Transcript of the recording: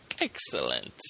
Excellent